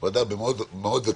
ועדה מאוד אקסקלוסיבית.